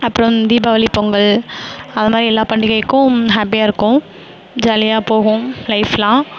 அப்புறம் தீபாவளி பொங்கல் அந்தமாதிரி எல்லாப் பண்டிகைக்கும் ஹேப்பியாக இருக்கும் ஜாலியாக போகும் லைஃப்லாம்